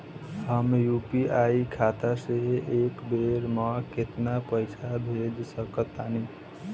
हम यू.पी.आई खाता से एक बेर म केतना पइसा भेज सकऽ तानि?